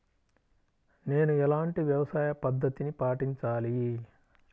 నేను ఎలాంటి వ్యవసాయ పద్ధతిని పాటించాలి?